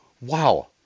wow